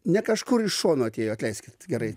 ne kažkur iš šono atėjo atleiskit gerai